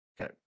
Okay